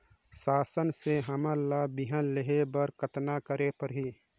शासन से हमन ला बिहान लेहे बर कतना करे परही?